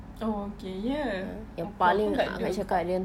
oh okay ya apa-apa nak duduk call